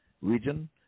region